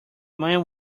man